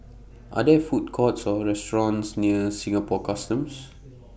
Are There Food Courts Or restaurants near Singapore Customs